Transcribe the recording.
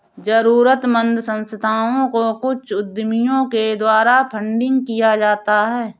जरूरतमन्द संस्थाओं को कुछ उद्यमियों के द्वारा फंडिंग किया जाता है